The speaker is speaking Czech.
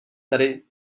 tedy